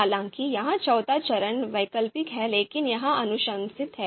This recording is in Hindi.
हालांकि यह चौथा चरण वैकल्पिक है लेकिन यह अनुशंसित है